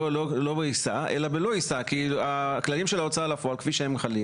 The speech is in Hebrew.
לא ב"יישא" אלא ב"לא יישא" כי הכללים של ההוצאה לפועל הם כפי שהם חלים.